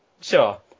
sure